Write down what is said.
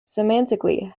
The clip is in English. semantically